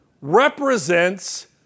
represents